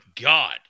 god